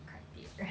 criteria